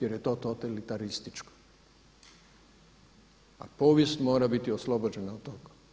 Jer je to totalitarističko, a povijest mora biti oslobođena od tog.